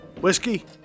Whiskey